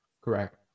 correct